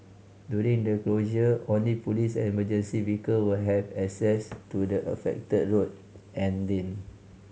during the closure only police and emergency vehicle will have access to the affected road and lane